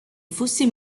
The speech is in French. fossés